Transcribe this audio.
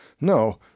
no